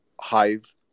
hive